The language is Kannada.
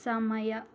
ಸಮಯ